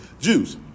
Jews